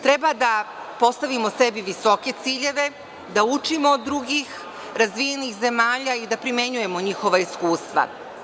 Treba da postavimo sebi visoke ciljeve, da učimo od drugih razvijenih zemalja i da primenjujemo njihova iskustva.